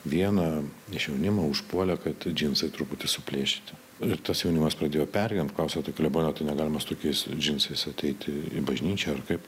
vieną iš jaunimo užpuolė kad džinsai truputį suplėšyti ir tas jaunimas pradėjo pergyvent klausiau o tai klebone negalima su tokiais džinsais ateityje į bažnyčią ar kaip